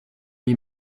wie